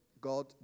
God